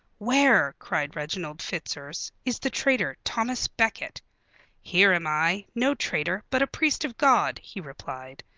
where, cried reginald fitzurse, is the traitor, thomas becket here am i, no traitor, but a priest of god he replied.